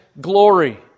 glory